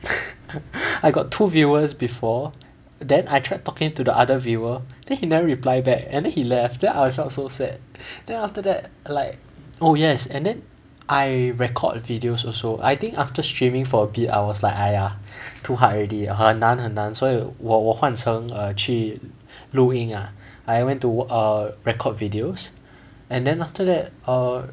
I got two viewers before then I tried talking to the other viewer then he never reply back and then he left then I felt so sad then after that like oh yes and then I record videos also I think after streaming for a few hours like !aiya! too hard already 很难很难所以我我换成 err 去录音 ah I went to err record videos and then after that err